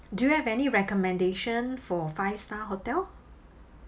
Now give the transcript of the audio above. do you have any recommendation for five star hotel